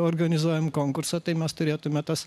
organizuojam konkursą tai mes turėtumėm tas